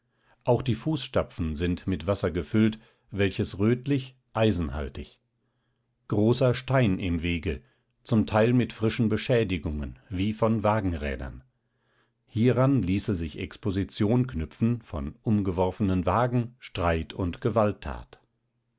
auch die fußstapfen sind mit wasser gefüllt welches rötlich eisenhaltig großer stein im wege zum teil mit frischen beschädigungen wie von wagenrädern hieran ließe sich exposition knüpfen von umgeworfenen wagen streit und gewalttat